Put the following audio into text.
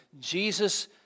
Jesus